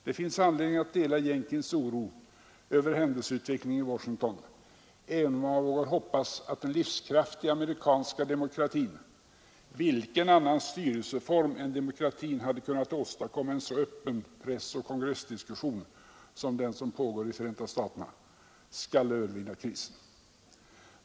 Det finns anledning att dela Jenkins oro över händelseutvecklingen i Washington även om man vågar hoppas att den livskraftiga amerikanska demokratin — vilken annan styrelseform än demokratin hade kunnat åstadkomma en så öppen pressoch kongressdiskussion som den som nu pågår i USA? — skall övervinna krisen.